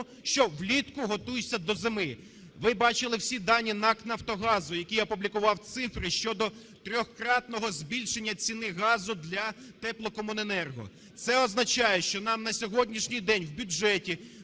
що влітку готуйся до зими. Ви бачили всі дані НАК "Нафтогаз", який опублікував цифри щодо трикратного збільшення ціни газу для теплокомуненерго. Це означає, що нам на сьогоднішній день в бюджеті